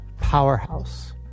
powerhouse